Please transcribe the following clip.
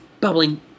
bubbling